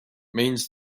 means